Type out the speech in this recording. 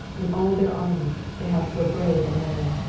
in all their army, they have so brave a man.